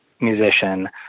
musician